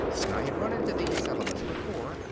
and i had run into these settlements before.